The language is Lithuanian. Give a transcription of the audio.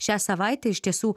šią savaitę iš tiesų